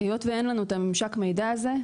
היות ואין לנו את הממשק מידע הזה,